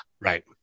Right